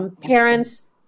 parents